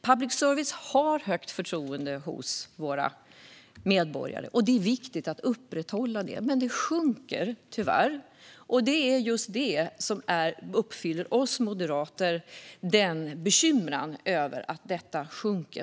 Våra medborgare har högt förtroende för public service, och det är viktigt att upprätthålla det. Men det sjunker tyvärr, och det gör oss moderater bekymrade.